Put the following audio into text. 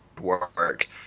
work